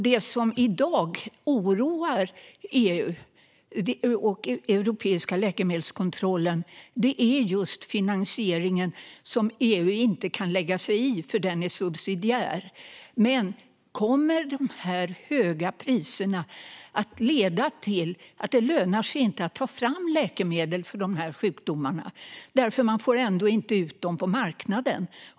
Det som i dag oroar EU och den europeiska läkemedelskontrollen är just finansieringen, som EU inte kan lägga sig i då den är subsidiär. Men kommer de höga priserna att leda till att det inte lönar sig att ta fram läkemedel mot de här sjukdomarna, när man ändå inte får ut dem på marknaden?